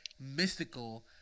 mystical